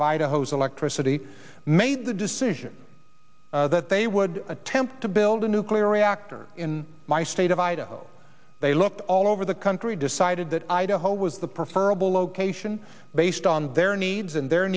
of idaho's electricity made the decision that they would attempt to build a nuclear reactor in my state of idaho they looked all over the country decided that idaho was the prefer of a location based and their needs and the